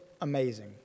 amazing